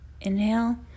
Inhale